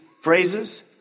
phrases